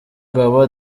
agaba